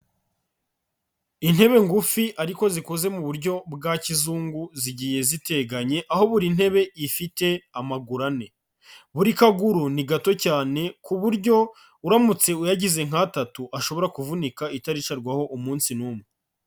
Intebe ngufi ariko zikoze mu buryo bwa kizungu zigiye ziteganye, aho buri ntebe ifite amaguru ane, buri kaguru ni gato cyane ku buryo uramutse uyagize nk'atatu, ashobora kuvunika itaricarwaho umunsi n'umwe.